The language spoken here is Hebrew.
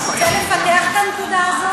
אתה יכול לפתח את הנקודה הזאת?